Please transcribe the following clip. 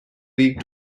weak